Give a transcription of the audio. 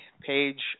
page